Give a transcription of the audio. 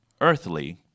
earthly